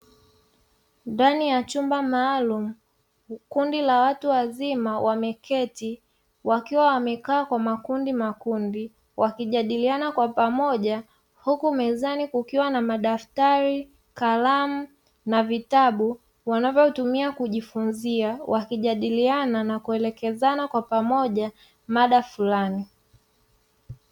Ndani ya chumba maalumu kundi la watu wazima wameketi; wakiwa wamekaa kwa makundi makundi wakijadiliana kwa pamoja, huku mezani kukiwa na madaftari, kalamu, na vitabu wanavyotumia kujifunzia; wakijadiliana na kuelekezana kwa pamoja mada fulani.